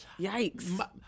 Yikes